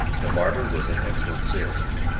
the barber was an excellent salesman.